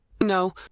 No